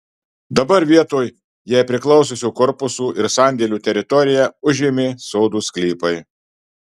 dabar vietoj jai priklausiusių korpusų ir sandėlių teritoriją užėmė sodų sklypai